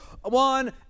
one